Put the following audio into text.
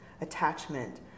attachment